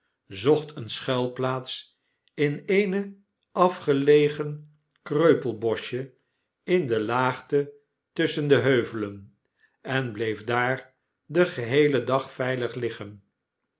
zocht eene schuilplaats in een afgelegen kreupelboschje in de laagte tusschen de heuvelen en bleef daar den geheelen dagveilig liggen